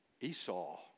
Esau